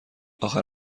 آخر